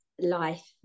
life